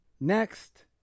Next